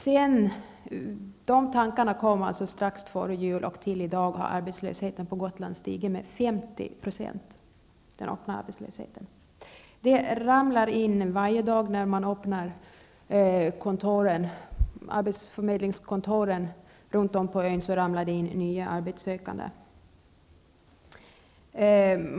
Sedan dess, och de tankarna kom alltså strax före jul, har den öppna arbetlösheten på Gotland stigit med 50 %. Varje dag när man öppnar arbetsförmedlingskontoren på ön ramlar det in nya arbetssökande.